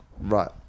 Right